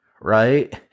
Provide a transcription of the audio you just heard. right